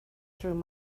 through